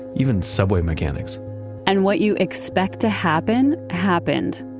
even subway mechanics and what you expect to happen, happened.